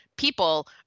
People